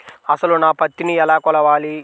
అసలు నా పత్తిని ఎలా కొలవాలి?